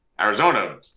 Arizona